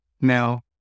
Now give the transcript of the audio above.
Now